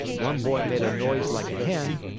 one boy made a noise like a hen,